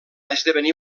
esdevenir